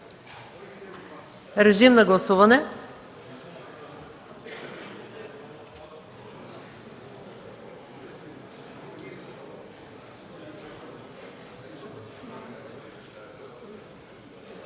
режим на гласуване